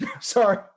Sorry